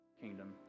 Kingdom